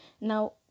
Now